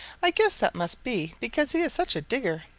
i guess that must be because he is such a digger.